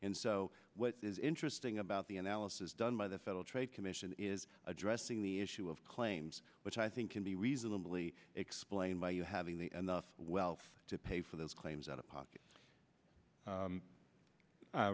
and so what is interesting about the analysis done by the federal trade commission is addressing the issue of claims which i think can be reasonably explained by you having the wealth to pay for those claims out of pocket